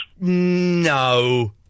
No